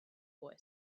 boy